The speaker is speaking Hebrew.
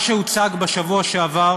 מה שהוצג בשבוע שעבר